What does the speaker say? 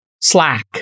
Slack